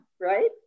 Right